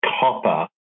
copper